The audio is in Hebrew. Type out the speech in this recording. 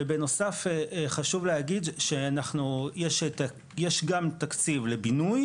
ובנוסף חשוב להגיד שיש גם תקציב לבינוי